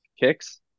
kicks